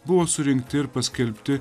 buvo surinkti ir paskelbti